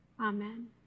amen